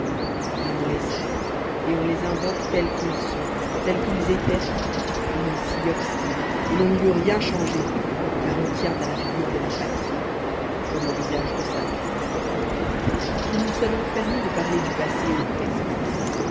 et on les aime et on les invoque tels qu'ils sont tels qu'ils étaient et l'on s'y obstine et l'on n'y veut rien changer car on tient à la figure de la patrie comme au visage de sa mère qu'il nous soit donc permis de parler du passé au présent